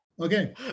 Okay